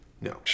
No